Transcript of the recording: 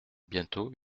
bientôt